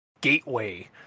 gateway